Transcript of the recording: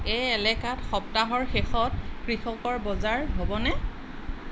এই এলেকাত সপ্তাহৰ শেষত কৃষকৰ বজাৰ হ'বনে